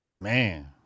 Man